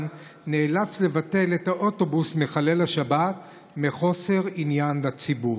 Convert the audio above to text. נאלץ לבטל את האוטובוס מחלל השבת מחוסר עניין לציבור.